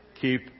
Keep